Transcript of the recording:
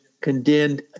condemned